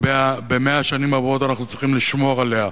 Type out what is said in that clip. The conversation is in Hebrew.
וב-100 השנים הבאות אנחנו צריכים לשמור עליה,